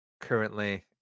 currently